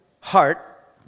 heart